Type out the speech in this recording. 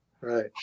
right